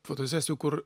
fotosesijų kur